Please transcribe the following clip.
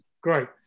great